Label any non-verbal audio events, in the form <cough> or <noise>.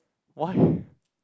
why <breath>